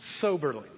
soberly